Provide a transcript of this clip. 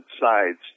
sides